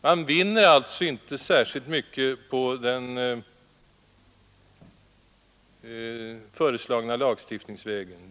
Man vinner alltså inte särskilt mycket på den föreslagna lagstiftningen.